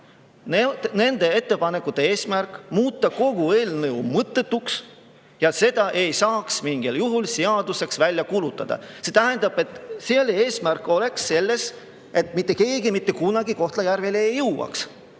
nende ettepanekute eesmärk on muuta kogu eelnõu mõttetuks, et seda ei saaks mingil juhul seadusena välja kuulutada. See tähendab, et selle eesmärk oleks, et mitte keegi mitte kunagi Kohtla-Järvele ei jõuaks.